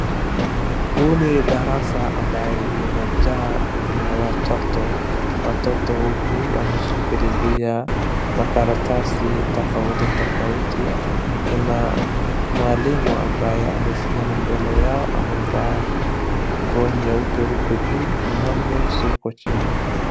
Huu ni darasa ambaye imejaa na watoto. Watoto huku wameshikililia makaratasi tofauti tofauti. Kuna mwalimu ambaye amesimama mbele yao, amevaa nguo nyeupe huku juu na nyeusi huko chini.